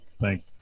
thank